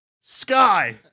Sky